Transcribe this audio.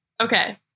Okay